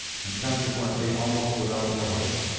and consequently almost without noise,